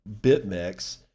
BitMEX